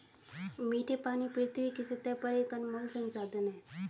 मीठे पानी पृथ्वी की सतह पर एक अनमोल संसाधन है